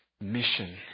mission